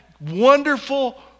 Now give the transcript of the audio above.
wonderful